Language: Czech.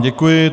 Děkuji.